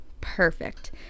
Perfect